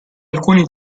alcuni